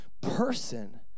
person